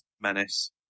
Menace